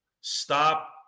Stop